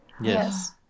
Yes